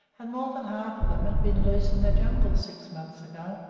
and more than half of them had been loose in the jungle six months ago.